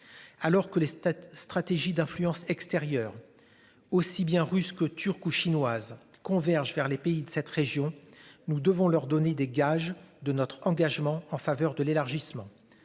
Alors que les stat'stratégies d'influence extérieure. Aussi bien russes que turque ou chinoise convergent vers les pays de cette région. Nous devons leur donner des gages de notre engagement en faveur de l'élargissement.